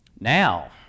Now